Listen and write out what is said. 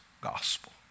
gospel